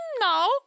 No